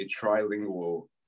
trilingual